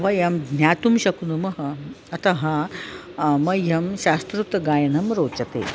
वयं ज्ञातुं शक्नुमः अतः मह्यं शास्त्रोक्तगायनं रोचते